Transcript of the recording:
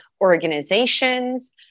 organizations